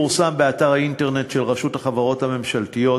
פורסם באתר האינטרנט של רשות החברות הממשלתיות